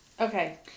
Okay